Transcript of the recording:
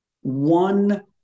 one